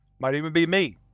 might even be me,